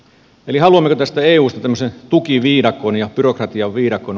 eli haluammeko tästä eusta tämmöisen tukiviidakon ja byrokratiaviidakon